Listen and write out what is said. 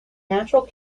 natural